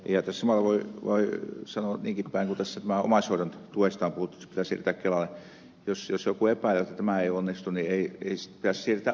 tässä samalla voi sanoa niinkin päin kun tässä omaishoidon tuesta on puhuttu että se pitäisi siirtää kelalle että jos joku epäilee että tämä ei onnistu niin ei sitten pitäisi siirtää omaishoidon tukeakaan